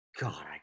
God